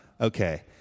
Okay